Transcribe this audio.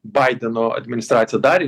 baideno administracija darė